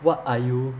what are you